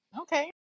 Okay